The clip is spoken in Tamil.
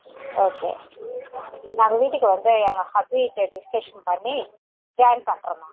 ஓகே நாங்கள் வீட்டுக்கு வந்து எங்கள் ஹப்பி கிட்டே டிஸ்கஷன் பண்ணி ஜாயின் பண்ணுறேன் மேம்